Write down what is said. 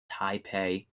taipei